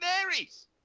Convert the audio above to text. Aries